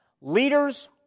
Leaders